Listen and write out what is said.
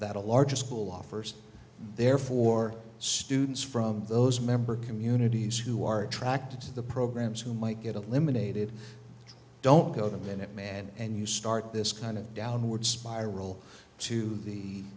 that a larger school offers there for students from those member communities who are attracted to the programs who might get a limited don't go the minute man and you start this kind of downward spiral to the